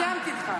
סיימתי איתך.